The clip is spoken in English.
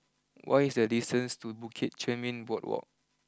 what is the distance to Bukit Chermin Boardwalk